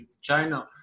China